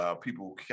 people